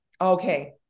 Okay